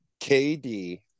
KD